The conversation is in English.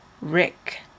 rick